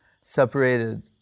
separated